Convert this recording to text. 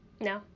No